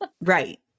Right